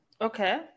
Okay